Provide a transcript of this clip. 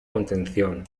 contención